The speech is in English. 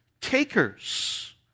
takers